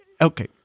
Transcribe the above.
okay